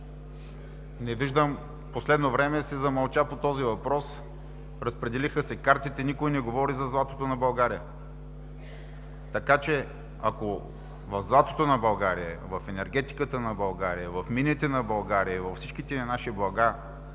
В последно време се замълча по този въпрос, разпределиха се картите, никой не говори за златото на България. Ако в златото на България, в енергетиката на България, в мините на България, във всички тези наши блага